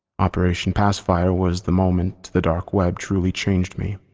operation pacifier was the moment the dark web truly changed me,